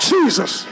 Jesus